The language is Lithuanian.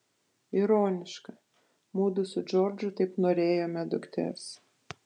ironiška mudu su džordžu taip norėjome dukters